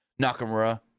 Nakamura